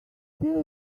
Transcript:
still